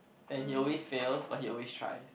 and he always fails but he always tries